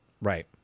Right